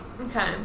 Okay